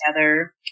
together